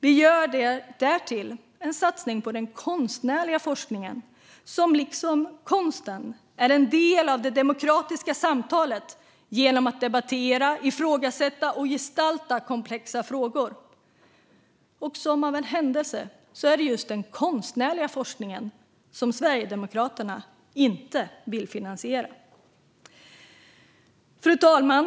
Vi gör därtill en satsning på den konstnärliga forskningen, som liksom konsten står för en del av det demokratiska samtalet genom att debattera, ifrågasätta och gestalta komplexa frågor. Och som av en händelse är det just den konstnärliga forskningen som Sverigedemokraterna inte vill finansiera. Fru talman!